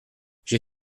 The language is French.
j’ai